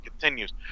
continues